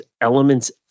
elements